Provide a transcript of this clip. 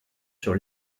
sur